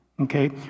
Okay